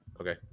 Okay